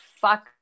fuck